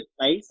place